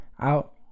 out